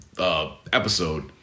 Episode